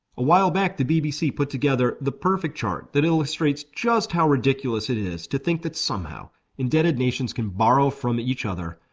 a while back the bbc put together the perfect chart that illustrates just how ridiculous it is to think that somehow indebted nations can borrow from each other,